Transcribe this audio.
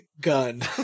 gun